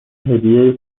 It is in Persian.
هدیه